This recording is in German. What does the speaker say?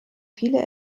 viele